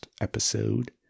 episode